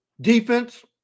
Defense